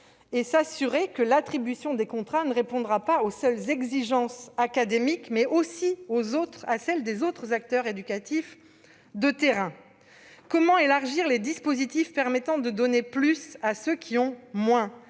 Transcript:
et s'assurer que l'attribution des contrats ne répondra pas seulement aux exigences académiques, mais aussi à celles des autres acteurs éducatifs de terrain ? Comment élargir les dispositifs permettant de donner plus à ceux qui ont moins ?